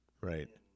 right